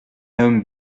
homme